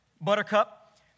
buttercup